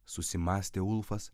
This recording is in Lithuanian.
susimąstė ulfas